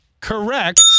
correct